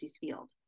field